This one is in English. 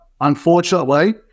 Unfortunately